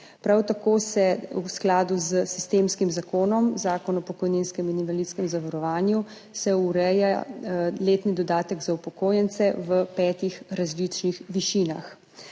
Prav tako se v skladu s sistemskim zakonom, Zakonom o pokojninskem in invalidskem zavarovanju, ureja letni dodatek za upokojence v petih različnih višinah.